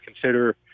consider